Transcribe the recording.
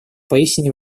поистине